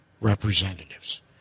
representatives